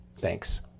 Thanks